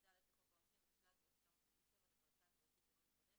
368ד לחוק העונשין, התשל"ז 1977" בסעיף 8(ב)